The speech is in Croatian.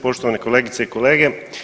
poštovane kolegice i kolege.